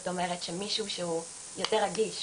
זאת אומרת שמישהו שהוא יותר רגיש,